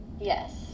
Yes